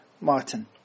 Martin